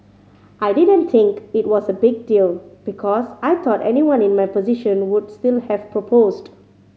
I didn't think it was a big deal because I thought anyone in my position would still have proposed